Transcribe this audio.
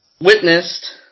witnessed